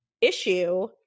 issue